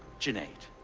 junaid?